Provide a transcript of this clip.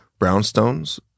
brownstones